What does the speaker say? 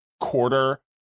quarter